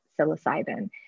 psilocybin